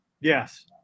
Yes